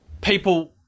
people